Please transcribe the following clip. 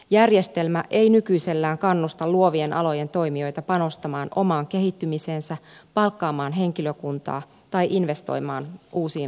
järjestelmä ei nykyisellään kannusta luovien alojen toimijoita panostamaan omaan kehittymiseensä palkkaamaan henkilökuntaa tai investoimaan uusiin laitteisiin